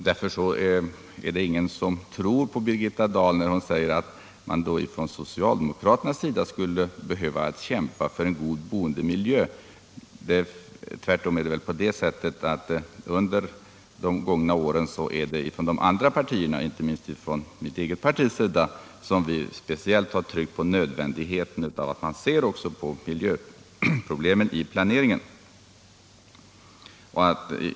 Därför är det ingen som tror på Birgitta Dahl när hon säger att socialdemokraterna skulle behöva kämpa för en god boendemiljö. Tvärtom har det väl under de gångna åren varit de andra partierna — inte minst mitt eget parti — som speciellt har tryckt på nödvändigheten av att också se på miljöproblemen i planeringen.